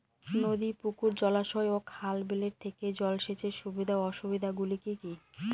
নদী পুকুর জলাশয় ও খাল বিলের থেকে জল সেচের সুবিধা ও অসুবিধা গুলি কি কি?